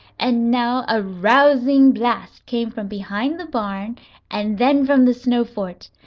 and now a rousing blast came from behind the barn and then from the snow fort.